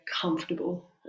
comfortable